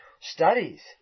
studies